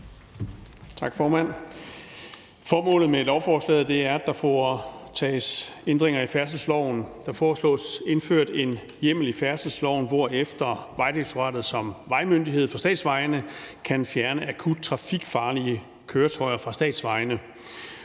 Formålet med lovforslaget er, at der foretages ændringer i færdselsloven. Der foreslås indført en hjemmel i færdselsloven, hvorefter Vejdirektoratet som vejmyndighed for statsvejene kan fjerne akut trafikfarlige køretøjer fra statsvejene